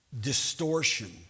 distortion